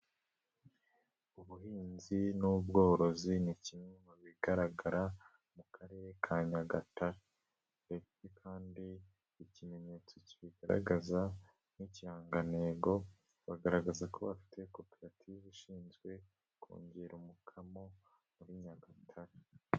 ubuhinzi n' ubworozi, ni kimwe mu bigaragara mu karere ka Nyagatare ndetse kandi ikimenyetso kibigaragaza nk'ikirangantego, bagaragaza ko bafite koperative ishinzwe kongera umukamo muri Nyagatare.